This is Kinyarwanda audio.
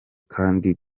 kandi